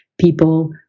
people